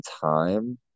time